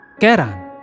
Keran